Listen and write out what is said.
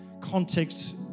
context